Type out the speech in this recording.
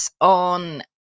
on